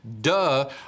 Duh